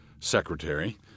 secretary